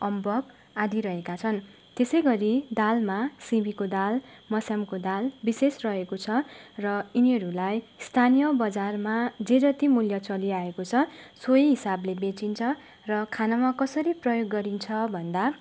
अम्बक आदि रहेका छन् त्यसै गरी दालमा सिमीको दाल मस्याङको दाल विशेष रहेको छ र यिनीहरूलाई स्थानीय बजारमा जे जति मूल्य चलिआएको छ सोही हिसाबले बेचिन्छ र खानमा कसरी प्रयोग गरिन्छ भन्दा